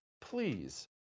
Please